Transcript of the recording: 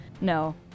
no